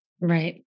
Right